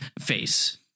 face